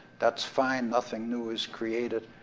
that's fine, nothing new is created,